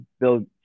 build